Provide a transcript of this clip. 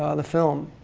ah the film.